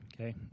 okay